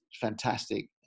fantastic